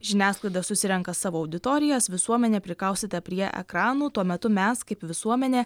žiniasklaida susirenka savo auditorijas visuomenė prikaustyta prie ekranų tuo metu mes kaip visuomenė